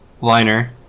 liner